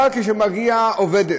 כשמגיעה עובדת,